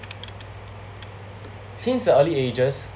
since a early ages